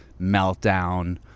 meltdown